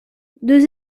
deux